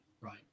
right